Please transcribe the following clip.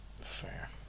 Fair